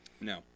no